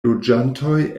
loĝantoj